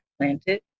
planted